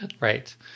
Right